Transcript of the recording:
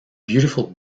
beautiful